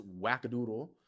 wackadoodle